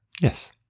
Yes